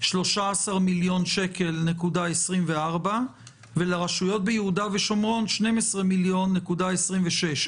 13.24 מיליון שקל ולרשויות ביהודה ושומרון 12.26 מיליון שקל,